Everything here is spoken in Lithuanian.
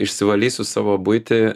išsivalysiu savo buitį